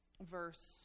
verse